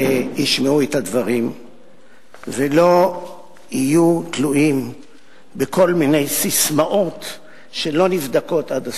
ישמעו את הדברים ולא יהיו תלויים בכל מיני ססמאות שלא נבדקות עד הסוף.